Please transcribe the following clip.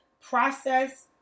process